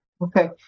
okay